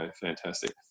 fantastic